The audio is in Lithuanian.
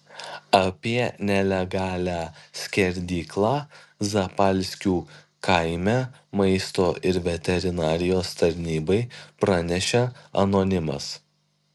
apie nelegalią skerdyklą zapalskių kaime maisto ir veterinarijos tarnybai pranešė anonimas